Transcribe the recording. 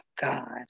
God